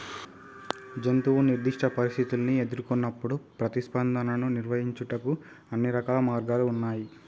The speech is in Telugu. జంతువు నిర్దిష్ట పరిస్థితుల్ని ఎదురుకొన్నప్పుడు ప్రతిస్పందనను నిర్వహించుటకు అన్ని రకాల మార్గాలు ఉన్నాయి